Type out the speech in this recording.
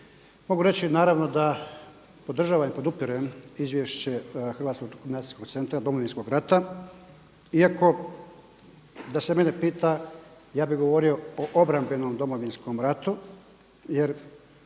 Mogu reći naravno da podržavam i podupirem izvješće Hrvatskog dokumentacijskog centra Domovinskog rata iako da se mene pita ja bi govorio o obrambenom Domovinskom ratu jer